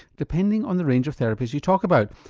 depending on the range of therapies you talk about,